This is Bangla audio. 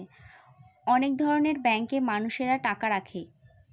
অনেক ধরনের ব্যাঙ্কে মানুষরা টাকা রাখে